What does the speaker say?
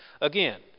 again